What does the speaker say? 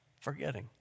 forgetting